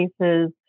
cases